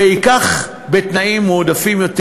וייקח הלוואה בתנאים מועדפים יותר,